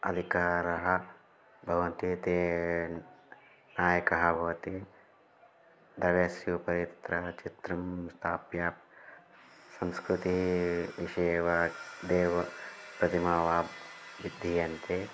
अधिकाराः भवन्ति ते नायकाः भवन्ति द्रव्यस्य उपरि तत्र चित्रं स्थाप्य संस्कृते विषये एव देवस्य प्रतिमां वा इति अन्ते